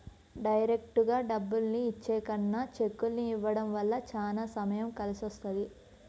డైరెక్టుగా డబ్బుల్ని ఇచ్చే కన్నా చెక్కుల్ని ఇవ్వడం వల్ల చానా సమయం కలిసొస్తది